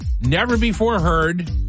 never-before-heard